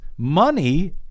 Money